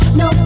no